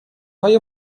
های